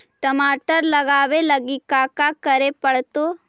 टमाटर लगावे लगी का का करये पड़तै?